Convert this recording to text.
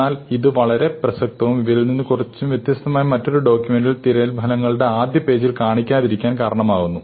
എന്നാൽ ഇത് വളരെ പ്രസക്തവും ഇവയിൽ നിന്ന് തികച്ചും വ്യത്യസ്തവുമായ മറ്റൊരു ഡോക്യൂമെന്റു തിരയൽ ഫലങ്ങളുടെ ആദ്യ പേജിൽ കാണിക്കാതിരിക്കാൻ കാരണമാകുന്നു